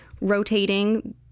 Rotating